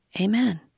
amen